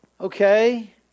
okay